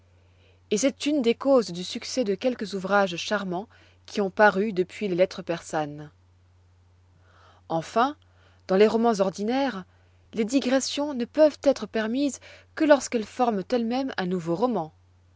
et c'est une des causes du succès de quelques ouvrages charmants qui ont paru depuis les lettres persanes enfin dans les romans ordinaires les digressions ne peuvent être permises que lorsqu'elles forment elles-mêmes un nouveau roman